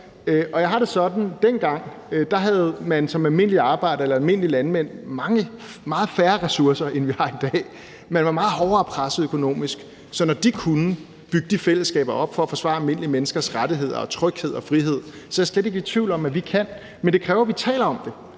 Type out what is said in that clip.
dengang havde man som almindelig arbejder eller almindelig landmand meget færre ressourcer, end vi har i dag, og man var meget hårdere presset økonomisk. Så når de kunne bygge de fællesskaber op for at forsvare almindelige menneskers rettigheder, tryghed og frihed, er jeg slet ikke i tvivl om, at vi kan, men det kræver, at vi taler om det.